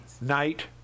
Night